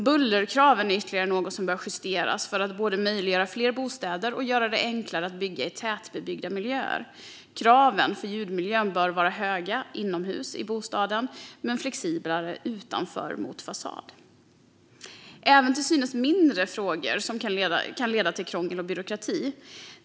Bullerkraven är ytterligare något som bör justeras för att både möjliggöra fler bostäder och göra det enklare att bygga i tätbebyggda miljöer. Kraven för ljudmiljön bör vara höga inne i bostaden men flexiblare utanför bostaden mot fasad. Även till synes mindre frågor kan leda till krångel och byråkrati.